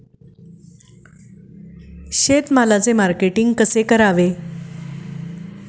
शेतमालाचे मार्केटिंग कसे करावे?